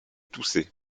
tousser